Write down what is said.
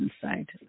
inside